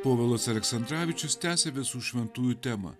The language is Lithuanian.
povilas aleksandravičius tęsia visų šventųjų temą